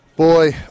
Boy